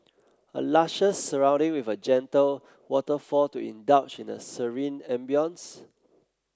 a luscious surrounding with a gentle waterfall to indulge in a serene ambience